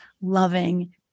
loving